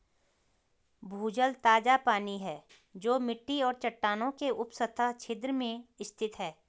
भूजल ताजा पानी है जो मिट्टी और चट्टानों के उपसतह छिद्र स्थान में स्थित है